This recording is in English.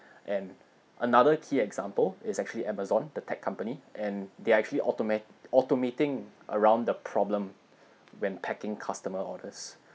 and another key example is actually Amazon the tech company and they actually automate automating around the problem when packing customer orders